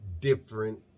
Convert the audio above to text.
different